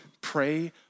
Pray